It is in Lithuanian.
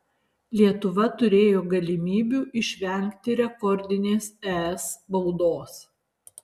lietuva turėjo galimybių išvengti rekordinės es baudos